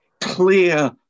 Clear